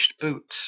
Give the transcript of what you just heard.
boots